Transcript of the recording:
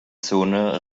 zone